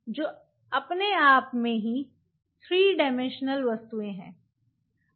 जो अपनेआप में ही 3 डायमेंशनल वस्तुएँ हैं